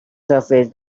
surface